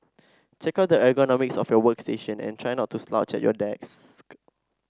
check out the ergonomics of your workstation and try not to slouch at your desk